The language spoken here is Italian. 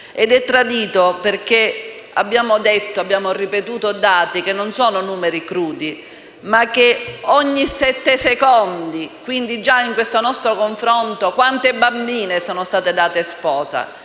Ed è tradito perché abbiamo detto e ripetuto dati che non sono numeri: ogni sette secondi, quindi già durante questo nostro confronto, quante bambine sono state date in spose?